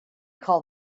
call